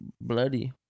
bloody